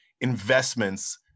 investments